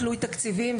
תלוי תקציבים,